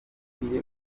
tuzajya